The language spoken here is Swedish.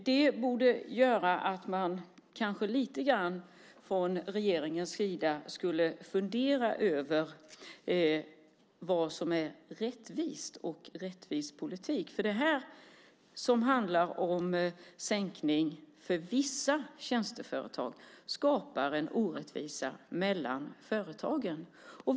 Det borde göra att regeringen lite grann borde fundera över vad som är rättvist och rättvis politik. Det här, som handlar om sänkning för vissa tjänsteföretag, skapar en orättvisa mellan företagen.